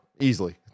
easily